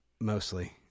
mostly